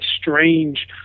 strange